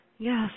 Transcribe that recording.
Yes